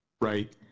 right